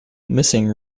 missing